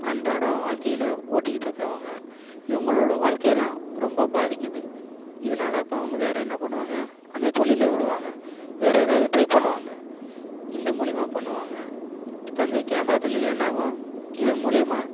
அன்றாடம் வாழ்க்கையில ஓட்டிக்கிட்டு இருக்கிறவங்க இவங்களோட வாழ்க்கையெல்லாம் ரொம்ப பாதிக்குது இதனால அப்போ அவங்க வேறு என்ன பண்ணுவாங்க அந்த தொழில விடுவாங்க வேறு ஏதாவது ட்ரை பண்ணுவாங்க இந்த மூலிமா பண்ணுவாங்க இப்போ அந்த கேமரா தொழில் என்ன ஆகும் இது மூலிமா